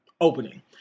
opening